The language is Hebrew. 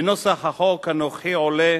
מנוסח החוק הנוכחי עולה